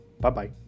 Bye-bye